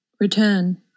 return